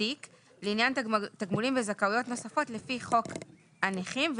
לעניין תגמולים וזכאויות נוספות לפי חוק הנכים,